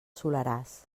soleràs